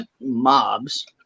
mobs